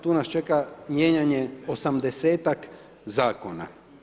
Tu nas čeka mijenjanje 80ak zakona.